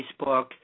Facebook